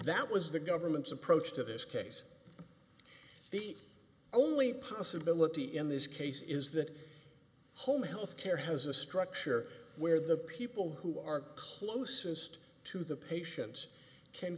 that was the government's approach to this case the only possibility in this case is that home health care has a structure where the people who are closest to the patients can